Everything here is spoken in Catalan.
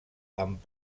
amb